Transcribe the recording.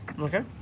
Okay